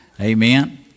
Amen